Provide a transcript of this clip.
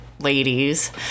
ladies